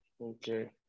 Okay